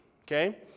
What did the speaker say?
okay